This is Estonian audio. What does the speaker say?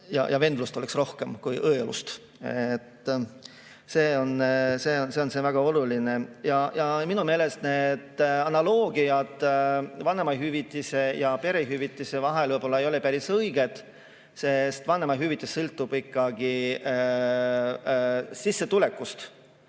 vendlust oleks rohkem kui õelust. See on väga oluline. Minu meelest need analoogiad vanemahüvitise ja perehüvitise vahel võib-olla ei ole päris õiged, sest vanemahüvitis sõltub ikkagi sissetulekust.